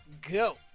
go